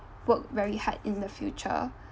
work very hard in the future